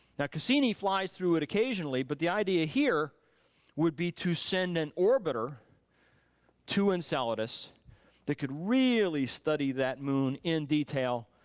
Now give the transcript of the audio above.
cassini flies through it occasionally, but the idea here would be to send an orbiter to enceladus that could really study that moon in detail,